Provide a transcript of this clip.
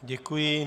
Děkuji.